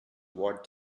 what